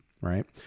Right